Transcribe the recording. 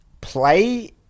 play